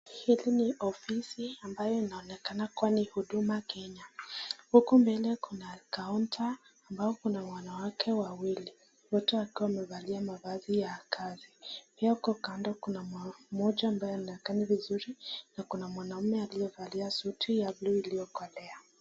Hili ni ofisi ambayo inaonekana kuwa ni Huduma Kenya. Huku mbele kuna kaunta ambao kuna wanawake wawili wote wakiwa wamevalia mavazi ya kazi. Pia huko kando kuna mwanaume mmoja ambaye haonekani vizuri na kuna mwanaume aliyevalia suti ya buluu iliokolea.